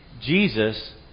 Jesus